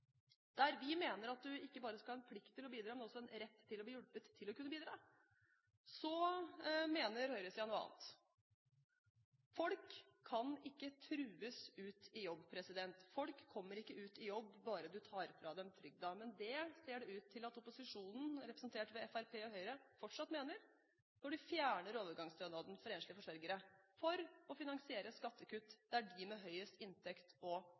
Der vi mener at du ikke bare skal en plikt til å bidra, men også en rett til å bli hjulpet til å kunne bidra, mener høyresiden noe annet. Folk kan ikke trues ut i jobb. Folk kommer ikke ut i jobb bare fordi du tar fra dem trygden, men det ser det ut til at opposisjonen, representert ved Fremskrittspartiet og Høyre, fortsatt mener, når de fjerner overgangsstønaden for enslige forsørgere for å finansiere skattekutt der de med høyest inntekt og